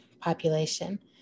population